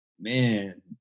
man